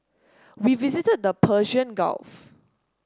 we visited the Persian Gulf